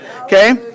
Okay